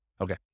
Okay